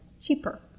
cheaper